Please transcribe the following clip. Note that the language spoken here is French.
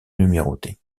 numérotés